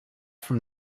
from